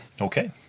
Okay